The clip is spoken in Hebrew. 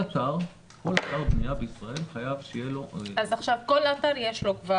כל אתר בנייה בישראל חייב שיהיה לו --- אז עכשיו כל אתר יש לו?